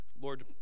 lord